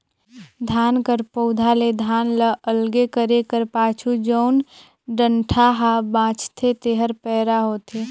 धान कर पउधा ले धान ल अलगे करे कर पाछू जउन डंठा हा बांचथे तेहर पैरा होथे